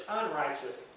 unrighteous